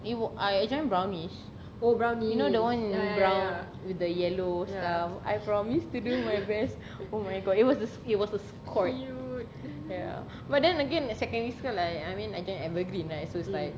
it I I join brownies you know that [one] with brown with the yellow scarf I promise to do my best oh my god it was just it was a scout ya but then again the secondary school like I mean I join evergreen like so it's like